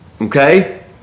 okay